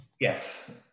Yes